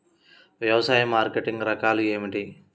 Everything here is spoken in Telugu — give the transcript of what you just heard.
వ్యవసాయ మార్కెటింగ్ రకాలు ఏమిటి?